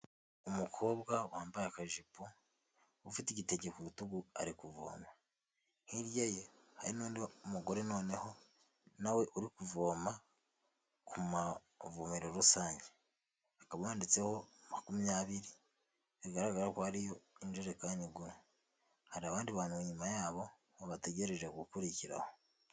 Umukobwa wambaye akajipo ufite igitege ku rutugu ari kuvoma, hirya ye hari n'undi mugore noneho nawe uri kuvoma ku mavomero rusange, hakaba yanditseho makumyabiri bigaragara ko ariyo injerekani igura, hari abandi bantu inyuma yabo babategereje gukurikiraho